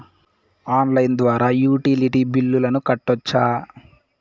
Online ద్వారా utility బిల్లులను కట్టొచ్చా?